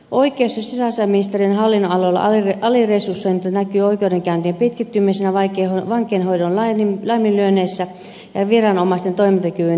oikeus ja sisäasiainministeriön hallinnonaloilla aliresursointi näkyy oikeudenkäyntien pitkittymisenä vankeinhoidon laiminlyönneissä ja viranomaisten toimintakyvyn heikentymisenä